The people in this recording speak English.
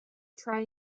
try